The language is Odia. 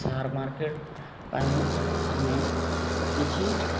ସେୟାର ମାର୍କେଟ ପାଇଁ ଆମେ କିଛି